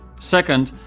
second,